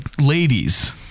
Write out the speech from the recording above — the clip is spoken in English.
ladies